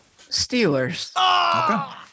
Steelers